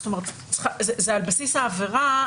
זאת אומרת, זה על בסיס העבירה.